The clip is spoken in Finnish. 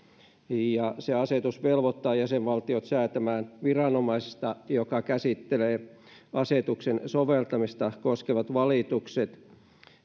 ja se asetus velvoittaa jäsenvaltiot säätämään viranomaisesta joka käsittelee asetuksen soveltamista koskevat valitukset